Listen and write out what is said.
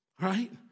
Right